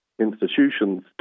institutions